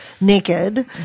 naked